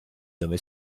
dove